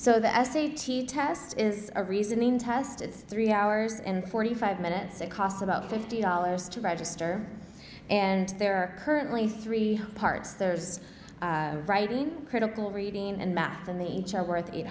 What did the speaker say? so the s a t test is a reasoning test is three hours and forty five minutes it costs about fifty dollars to register and there are currently three parts there's writing critical reading and math and they each are worth eight